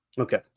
Okay